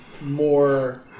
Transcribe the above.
more